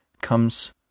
comes